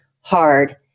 hard